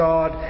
God